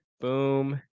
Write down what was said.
boom